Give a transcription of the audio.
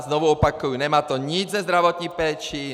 Znovu opakuji, nemá to nic se zdravotní péčí.